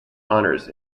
honors